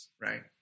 right